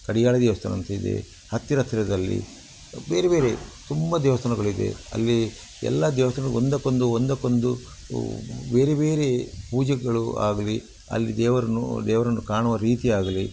ಕಡಿಯಾಳಿ ದೇವಸ್ಥಾನ ಅಂತಿದೆ ಹತ್ತಿರ ಹತ್ತಿರದಲ್ಲಿ ಬೇರೆ ಬೇರೆ ತುಂಬ ದೇವಸ್ಥಾನಗಳಿದೆ ಅಲ್ಲಿ ಎಲ್ಲ ದೇವಸ್ಥಾನ ಒಂದಕ್ಕೊಂದು ಒಂದಕ್ಕೊಂದು ಬೇರೆ ಬೇರೇ ಪೂಜೆಗಳು ಆಗಲಿ ಅಲ್ಲಿ ದೇವರನ್ನು ದೇವರನ್ನು ಕಾಣುವ ರೀತಿ ಆಗಲಿ